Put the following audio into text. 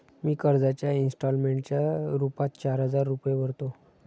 मी कर्जाच्या इंस्टॉलमेंटच्या रूपात चार हजार रुपये भरतो